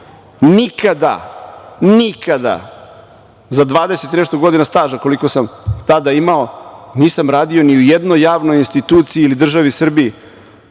Nikada, nikada za dvadeset i nešto godina staža koliko sam tada imao, nisam radio ni u jednoj javnoj instituciji ili državi Srbiji.